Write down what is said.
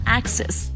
access